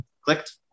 clicked